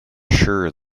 sure